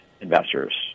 investors